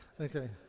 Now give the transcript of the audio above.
okay